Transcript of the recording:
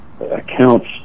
Accounts